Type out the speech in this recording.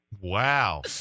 Wow